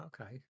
Okay